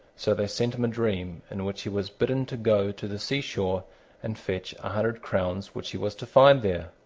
so they sent him a dream, in which he was bidden to go to the sea-shore and fetch a hundred crowns which he was to find there.